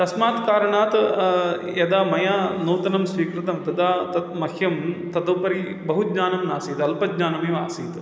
तस्मात् कारणात् यदा मया नूतनं स्वीकृतं तदा तत् मह्यं तदुपरि बहु ज्ञानं नासीत् अल्पज्ञानमेव आसीत्